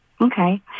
Okay